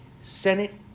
Senate